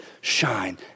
shine